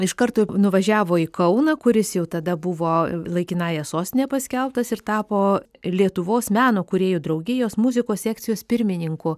iš karto nuvažiavo į kauną kuris jau tada buvo laikinąja sostine paskelbtas ir tapo lietuvos meno kūrėjų draugijos muzikos sekcijos pirmininku